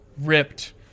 Ripped